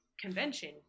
convention